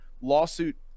Lawsuit